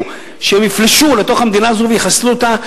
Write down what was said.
שהם יפלשו לתוך המדינה הזאת ויחסלו אותה,